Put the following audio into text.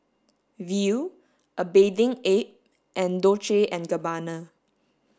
Viu a Bathing Ape and Dolce and Gabbana